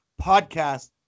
podcast